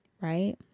right